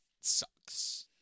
sucks